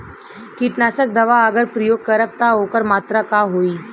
कीटनाशक दवा अगर प्रयोग करब त ओकर मात्रा का होई?